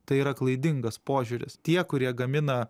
tai yra klaidingas požiūris tie kurie gamina